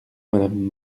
madame